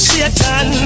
Satan